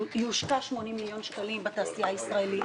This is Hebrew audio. שיושקעו 80 מיליון דולר בתעשייה הישראלית.